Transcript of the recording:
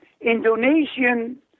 Indonesian